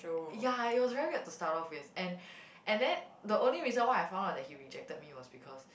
ya it was very weird to start off with and and then the only reason why I found out that he rejected me was because